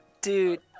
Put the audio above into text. Dude